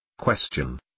Question